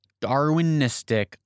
Darwinistic